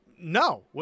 no